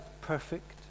perfect